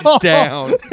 down